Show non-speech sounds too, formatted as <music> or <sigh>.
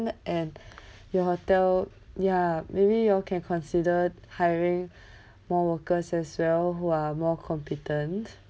and <breath> your hotel ya maybe you all can consider hiring <breath> more workers as well who are more competent